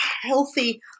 healthy